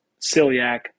celiac